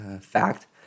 fact